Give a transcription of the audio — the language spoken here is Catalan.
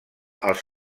els